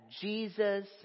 Jesus